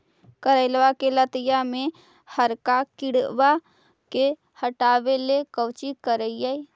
करेलबा के लतिया में हरका किड़बा के हटाबेला कोची करिए?